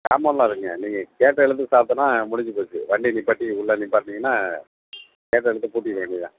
ஜாமான்லாம் இருக்குதுங்க நீங்கள் கேட்டதுலேருந்து விசாரிச்சேன்னா முடிஞ்சிப்போச்சு வண்டியை நிப்பாட்டி உள்ள நிப்பாட்டுனீங்கன்னால் கேட்டை இழுத்துப் பூட்டிற வேண்டியது தான்